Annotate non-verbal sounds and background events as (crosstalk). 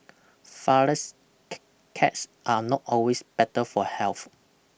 flourless (unintelligible) cakes are not always better for health